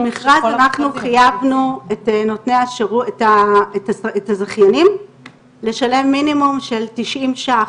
במכרז אנחנו חייבנו את הזכיינים לשלם מינימום של תשעים ₪,